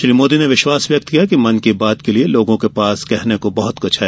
श्री मोदी ने विश्वास व्यक्त किया कि मन की बात के लिए लोगों के पास कहने को बहत क्छ है